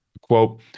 quote